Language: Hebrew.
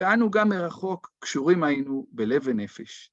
טענו גם מרחוק, ‫קשורים היינו בלב ונפש.